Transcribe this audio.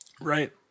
Right